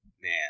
man